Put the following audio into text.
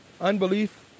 Unbelief